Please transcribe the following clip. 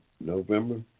November